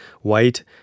white